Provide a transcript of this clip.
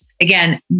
again